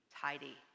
tidy